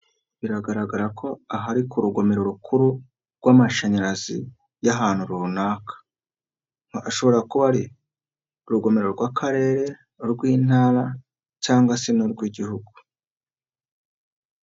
Biragaragara ko aha ari ku rugomero rukuru rw'amashanyarazi y'ahantu runaka, ashobora kuba ari urugomero rw'Akarere urw'Intara cyangwa se n'urw'Igihugu.